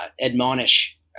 admonish